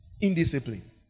indiscipline